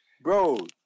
Bro